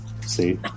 see